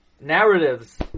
narratives